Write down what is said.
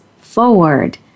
forward